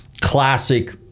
classic